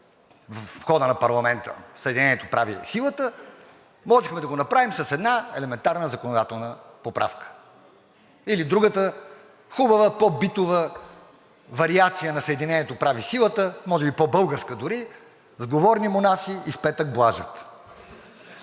входа на парламента – „Съединението прави силата“, можехме да го направим с една елементарна законодателна поправка или друга по-битова хубава вариация на „Съединението прави силата“, и дори може би по-българска – „Сговорни монаси и в петък блажат“.